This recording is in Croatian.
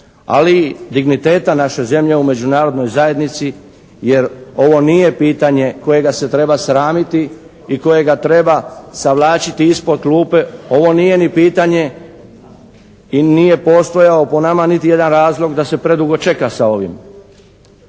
ali i digniteta naše zemlje u međunarodnoj zajednici jer ovo nije pitanje kojega se treba sramiti i kojega treba zavlačiti ispod klupe. Ovo nije ni pitanje i nije postojao po nama niti jedan razlog da se predugo čega sa ovim.